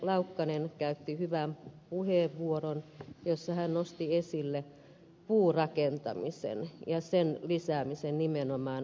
laukkanen käytti hyvän puheenvuoron jossa hän nosti esille puurakentamisen ja sen lisäämisen nimenomaan asuntotuotannossa